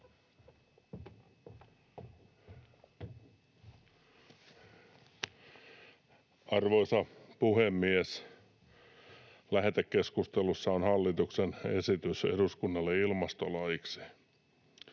Arvoisa puhemies! Lähetekeskustelussa on hallituksen esitys eduskunnalle ilmastolaiksi.